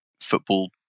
football